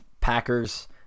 Packers